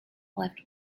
left